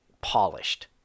polished